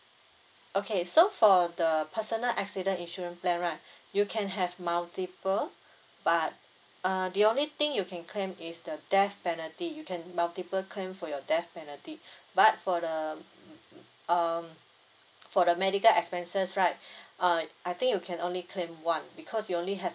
okay so for the personal accident insurance plan right you can have multiple but uh the only thing you can claim is the death penalty you can multiple claim for your death penalty but for the um for the medical expenses right uh I think you can only claim one because you only have